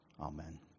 Amen